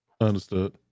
Understood